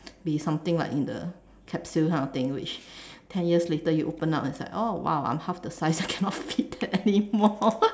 be something like in the capsule kind of thing which ten years later you open up it's like oh !wow! I'm half the size I cannot fit anymore